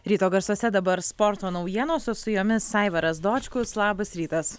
ryto garsuose dabar sporto naujienos o su jomis aivaras dočkus labas rytas